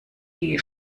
die